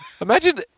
Imagine